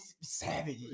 savage